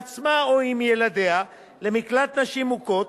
בעצמה או עם ילדיה למקלט לנשים מוכות,